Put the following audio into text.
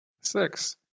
Six